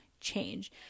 change